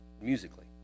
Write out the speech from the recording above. musically